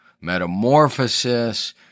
metamorphosis